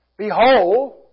Behold